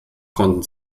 konnten